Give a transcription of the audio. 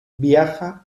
viaja